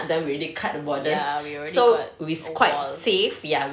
ya we already cut oh !wow!